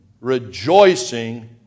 Rejoicing